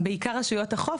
בעיקר רשויות החוף,